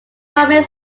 primarily